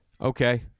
okay